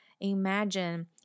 imagine